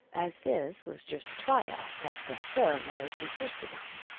as this was just a try-out that the firm always insisted on.